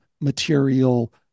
material